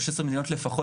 או 16 מדינות לפחות,